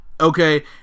Okay